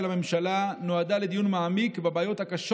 הממשלה נועדה לדיון מעמיק בבעיות הקשות